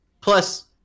Plus